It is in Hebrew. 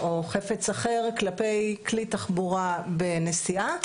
או חפץ אחר כלפי כלי תחבורה בנסיעה.